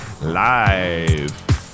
live